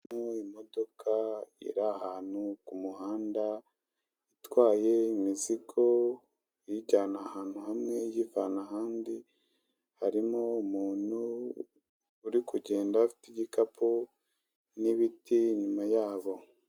Harimo imodoka iri ahantu ku muhanda itwaye imizigo iyijyana ahantu hamwe iyivana ahandi, harimo umuntu uri kugenda ufite igikapu n'ibiti inyuma yabo.